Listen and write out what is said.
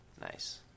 Nice